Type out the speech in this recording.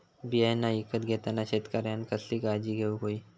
बियाणा ईकत घेताना शेतकऱ्यानं कसली काळजी घेऊक होई?